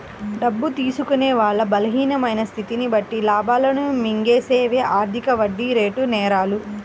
డబ్బు తీసుకునే వాళ్ళ బలహీనమైన స్థితిని బట్టి లాభాలను మింగేసేవే అధిక వడ్డీరేటు నేరాలు